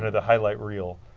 and the highlight reel.